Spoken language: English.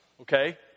Okay